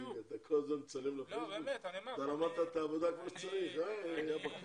זה לא מובן מאליו שאתה כמעט שבוע אחרי שבוע עוסק בנושאים של העלייה של